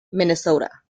minnesota